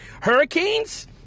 Hurricanes